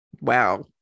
Wow